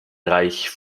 reich